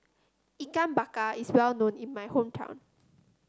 Ikan Bakar is well known in my hometown